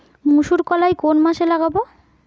মুসুরকলাই কোন মাসে লাগাব?